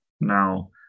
Now